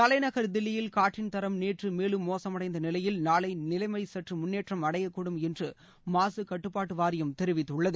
தலைநகர் தில்லியில் காற்றின் தரம் நேற்று மேலும் மோசமடைந்த நிலையில் நாளை நிலைமை சற்று முன்னேற்றம் அடையக் கூடும் என்று மாகக் கட்டுப்பாட்டு வாரியம் தெரிவித்துள்ளது